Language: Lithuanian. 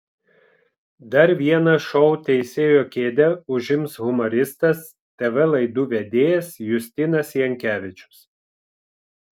dar vieną šou teisėjo kėdę užims humoristas tv laidų vedėjas justinas jankevičius